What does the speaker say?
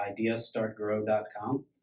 ideastartgrow.com